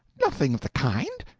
nothing of the kind.